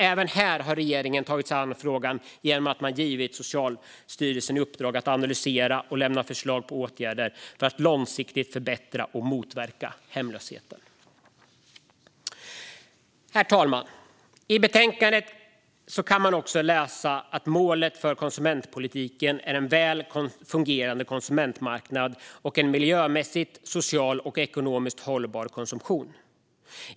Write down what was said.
Även här har regeringen tagit sig an frågan genom att den givit Socialstyrelsen i uppdrag att analysera och lämna förslag på åtgärder för att långsiktigt förbättra och motverka hemlösheten. Herr talman! I betänkandet kan man också läsa att målet för konsumentpolitiken är en väl fungerande konsumentmarknad och en miljömässigt, socialt och ekonomiskt hållbar konsumtion.